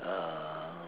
uh